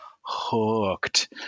hooked